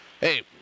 hey